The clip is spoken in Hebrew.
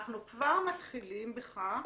אנחנו כבר מתחילים בכך